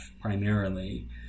primarily